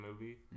movie